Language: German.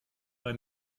bei